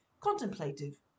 Contemplative